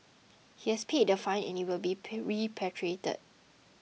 he has paid the fine and will be repatriated